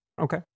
okay